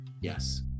Yes